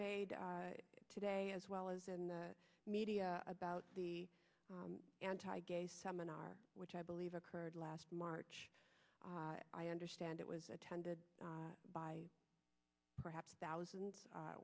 made today as well as in the media about the anti gay seminar which i believe occurred last march i understand it was attended by perhaps thousands